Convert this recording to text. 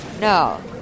no